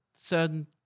certain